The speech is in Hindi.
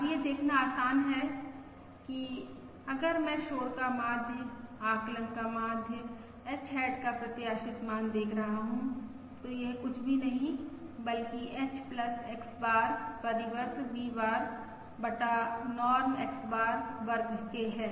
अब यह देखना आसान है कि अगर मैं शोर का माध्य आकलन का माध्य h हैट का प्रत्याशित मान देख रहा हूँ तो यह कुछ भी नहीं बल्कि h X बार परिवर्त V बार बटा नॉर्म X बार वर्ग के है